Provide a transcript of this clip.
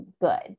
good